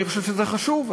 אני חושב שזה חשוב,